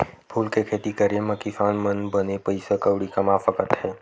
फूल के खेती करे मा किसान मन बने पइसा कउड़ी कमा सकत हे